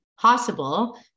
possible